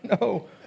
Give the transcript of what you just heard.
no